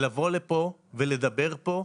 -- לבוא לפה ולדבר פה.